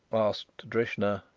asked drishna,